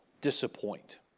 disappoint